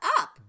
up